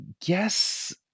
guess